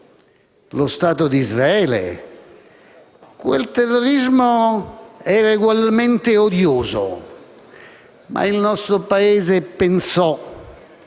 lo Stato di Israele, quel terrorismo era egualmente odioso, ma il nostro Paese pensò,